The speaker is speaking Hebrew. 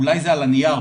אולי זה על הנייר.